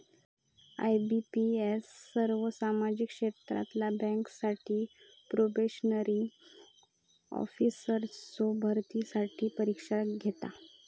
IBPS सर्वो सार्वजनिक क्षेत्रातला बँकांसाठी प्रोबेशनरी ऑफिसर्सचो भरतीसाठी परीक्षा घेता